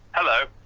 hello.